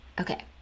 Okay